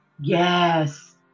Yes